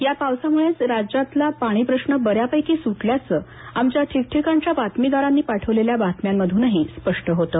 या पावसामुळंच राज्यातला पाणीप्रश्न बऱ्यापैकी सुटल्याचं आमच्या ठिकठिकाणच्या बातमीदारांनी पाठवलेल्या बातम्यांमधूनही स्पष्ट होतं